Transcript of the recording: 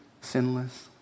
sinless